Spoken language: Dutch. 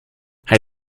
hij